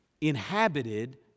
inhabited